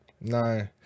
no